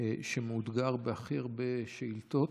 שמאותגר בהכי הרבה שאילתות.